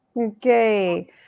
Okay